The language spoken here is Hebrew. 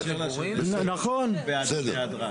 בסדר.